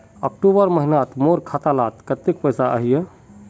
अक्टूबर महीनात मोर खाता डात कत्ते पैसा अहिये?